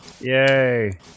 Yay